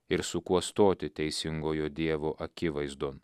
ir su kuo stoti teisingojo dievo akivaizdon